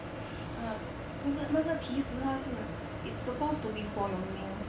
err 那个那个其实它是 it's supposed to be for your nails